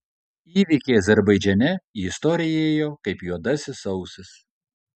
įvykiai azerbaidžane į istoriją įėjo kaip juodasis sausis